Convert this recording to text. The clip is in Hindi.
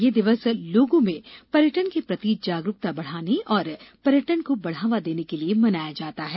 ये दिवस लोगों में पर्यटन के प्रति जागरूकता बढ़ाने और पर्यटन को बढ़ावा देने के लिये मनाया जाता है